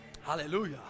hallelujah